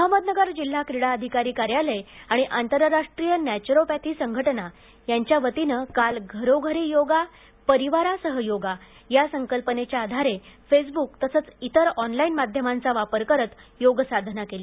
अहमदनगर जिल्हा क्रिडा अधिकारी कार्यालय आणि आंतरराष्ट्रीय नॅचरोपॅथी संघटनेच्या वतीनं काल घरोघरी योग कुटुंबासह योग या संकल्पनेच्या आधारे फेसबुक तसंच इतर ऑनलाईन माध्यमांचा वापर करत योगसाधना कोली